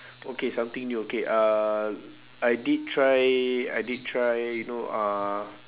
okay something new okay uh I did try I did try you know uh